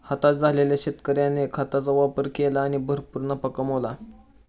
हताश झालेल्या शेतकऱ्याने खताचा वापर केला आणि भरपूर नफा कमावला